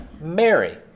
Mary